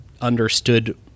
understood